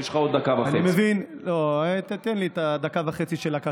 יש לך עוד דקה וחצי.